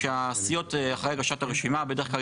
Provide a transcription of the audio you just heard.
שהסיעות אחרי הגשת הרשימה בדרך כלל